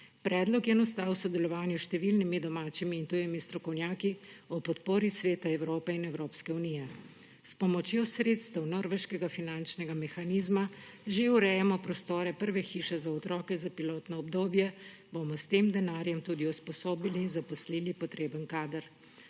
Predlog je nastal v sodelovanju s številnimi domačimi in tujimi strokovnjaki ob podpori Sveta Evrope in Evropske unije. S pomočjo sredstev norveškega finančnega mehanizma že urejamo prostore prve hiše za otroke za pilotno obdobje, s tem denarjem bomo tudi usposobili in zaposlili potreben kader.